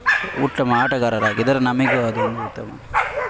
ಉತ್ತಮ ಆಟಗಾರರಾಗಿದ್ದರೆ ನಮಗೂ ಅದೊಂದು ಉತ್ತಮ